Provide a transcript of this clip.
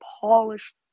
polished